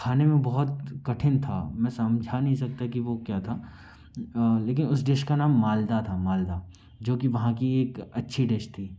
खाने में बहुत कठिन था मैं समझा नहीं सकता कि वह क्या था लेकिन उस डिश का नाम मालदा था मालदा जो कि वहाँ की एक अच्छी डिश थी